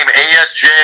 ASJ